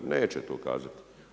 Neće to kazati.